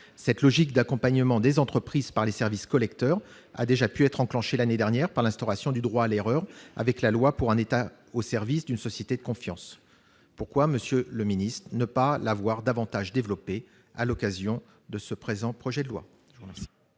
%. La logique d'accompagnement des entreprises par les services collecteurs a déjà pu être enclenchée l'année dernière par l'instauration du droit à l'erreur la loi du 10 août 2018 pour un État au service d'une société de confiance. Pourquoi, monsieur le ministre, ne pas l'avoir davantage développée à l'occasion de l'élaboration du présent projet de loi ?